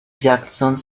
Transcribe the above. jackson